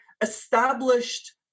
established